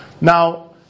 Now